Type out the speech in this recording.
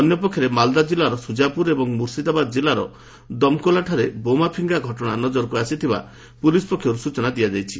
ଅନ୍ୟ ପକ୍ଷରେ ମାଲଦା ଜିଲ୍ଲାର ସୁଜାପୁର ଏବଂ ମୁର୍ସିଦାବାଦ ଜିଲ୍ଲାର ଦମକୋଲଠାରେ ବୋମା ଫିଙ୍ଗା ଘଟଣା ନଜରକୁ ଆସିଥିବା ପୁଲିସ୍ ପକ୍ଷରୁ ସୂଚନା ଦିଆଯାଇଛି